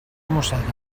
mosseguen